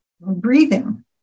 Breathing